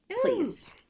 Please